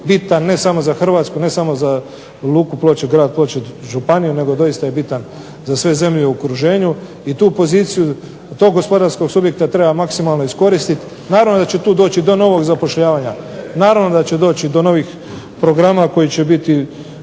bitan ne samo za Hrvatsku i Luku Ploče, grad Ploče, županiju nego je dosita bitan za sve zemlje u okruženju i tu poziciju tog gospodarskog subjekta treba maksimalno iskoristiti. Naravno da će tu doći do novog zapošljavanja, naravno da će doći do novih programa koji će biti